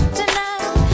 tonight